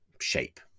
shape